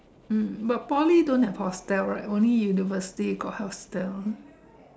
mm but Poly don't have hostel right only university got hostel